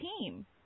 team